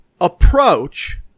approach